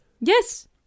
Yes